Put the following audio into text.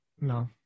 no